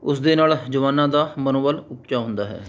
ਉਸਦੇ ਨਾਲ ਜਵਾਨਾਂ ਦਾ ਮਨੋਬਲ ਉੱਚਾ ਹੁੰਦਾ ਹੈ